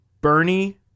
Bernie